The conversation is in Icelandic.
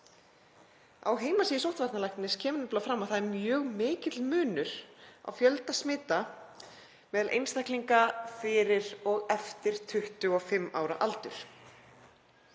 Á heimasíðu sóttvarnalæknis kemur fram að það er mjög mikill munur á fjölda smita meðal einstaklinga fyrir og eftir 25 ára aldur.